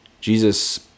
Jesus